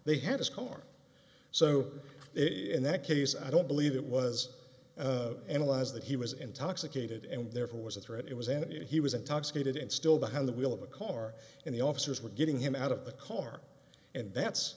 they had his car so in that case i don't believe it was analyzed that he was intoxicated and therefore was a threat it was and he was intoxicated and still behind the wheel of a car and the officers were getting him out of the car and that's